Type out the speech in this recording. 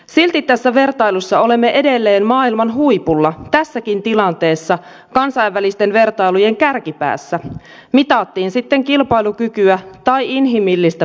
silti tässä vertailussa olemme edelleen maailman huipulla tässäkin tilanteessa kansainvälisten vertailujen kärkipäässä mitattiin sitten kilpailukykyä tai inhimillistä pääomaa